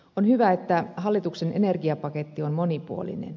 on hyvä että hallituksen energiapaketti on monipuolinen